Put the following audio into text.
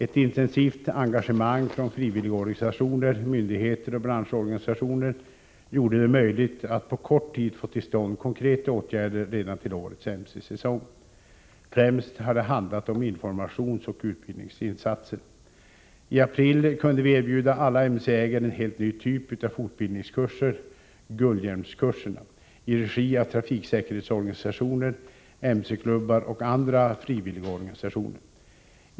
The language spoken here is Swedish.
Ett intensivt engagemang från frivilligorganisationer, myndigheter och Om effektivare åtbranschorganisationer gjorde det möjligt att på kort tid få till stånd konkreta åtgärder redan till årets mc-säsong. Främst har det handlat om informationsoch utbildningsinsatser. I april kunde vi erbjuda alla mc-ägare en helt ny typ av fortbildningskurser, ”guldhjälmskurserna”, i regi av trafiksäkerhetsorganisationer, me-klubbar och andra frivilligorganisationer.